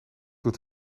doet